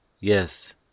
yes